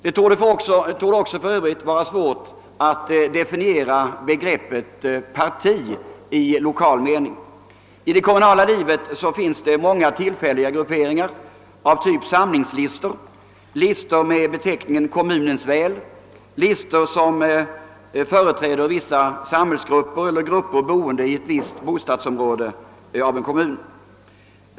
Det torde för övrigt vara svårt att definiera begreppet parti i lokal mening. I det kommunala livet finns många politiska grupperingar av typen samlingslistor, listor med beteckningen »Kommunens väl», listor som företräder vissa samhällsgrupper eller grupper som bor i ett visst bostadsområde av en kommun.